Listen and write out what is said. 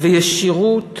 וישירות